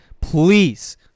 Please